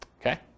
Okay